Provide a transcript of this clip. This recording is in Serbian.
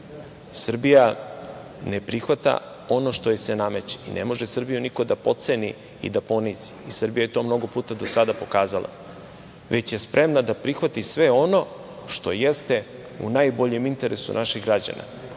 Srbija ne prihvata ono što joj se nameće. Ne može Srbiju niko da potceni i da ponizi, Srbija je to mnogo puta do sada pokazala, već je spremna da prihvati sve ono što jeste u najboljem interesu naših građana.